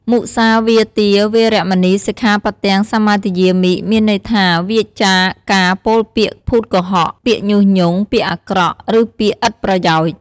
មុសាវាទា វេរមណី សិក្ខាបទំ សមាទិយាមិ មានន័យថាវៀរចាកការពោលពាក្យភូតកុហក ពាក្យញុះញង់ ពាក្យអាក្រក់ ឬពាក្យឥតប្រយោជន៍។